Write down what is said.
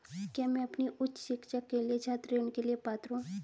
क्या मैं अपनी उच्च शिक्षा के लिए छात्र ऋण के लिए पात्र हूँ?